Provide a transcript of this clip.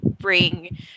bring